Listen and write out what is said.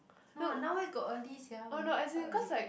!wah! now where got early sia we all quite early ah